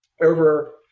over